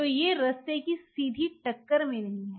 तो ये रास्ते की सीधी टक्कर में नहीं हैं